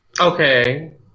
Okay